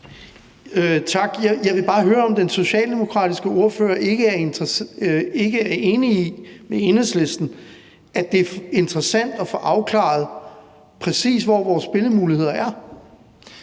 Tak. Jeg vil bare høre, om den socialdemokratiske ordfører ikke er enig med Enhedslisten i, at det er interessant at få afklaret, præcis hvor vores spillemuligheder er.